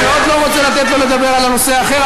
אני רוצה להתייחס במילה אחת,